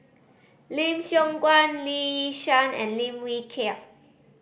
Lim Siong Guan Lee Yi Shyan and Lim Wee Kiak